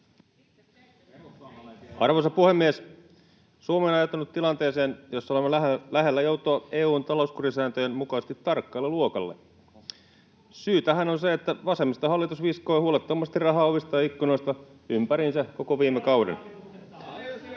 Arvoisa puhemies! Suomi on ajautunut tilanteeseen, jossa olemme lähellä joutua EU:n talouskurisääntöjen mukaisesti tarkkailuluokalle. Syy tähän on se, että vasemmistohallitus viskoi huolettomasti rahaa ovista ja ikkunoista ympäriinsä koko viime kauden.